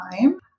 time